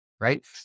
right